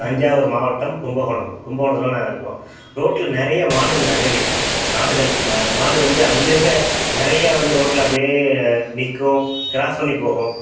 தஞ்சாவூர் மாவட்டம் கும்பகோணம் கும்பகோணத்தில் தான் நாங்கள் இருக்கோம் ரோட்டில் நிறைய மாடுகள் நிறைய நிற்கும் நாடுகள் ம மாடு வந்து அங்கே அங்கே நிறைய வந்து ரோட்டில் அப்படியே நிற்கும் க்ராஸ் பண்ணி போகும்